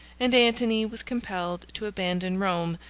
and antony was compelled to abandon rome,